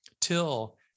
Till